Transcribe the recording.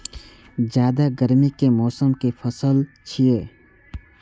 जायद गर्मी के मौसम के पसल छियै